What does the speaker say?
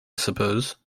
suppose